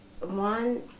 one